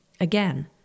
Again